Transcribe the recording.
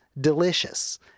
delicious